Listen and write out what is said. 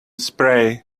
spray